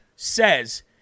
says